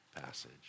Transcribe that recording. passage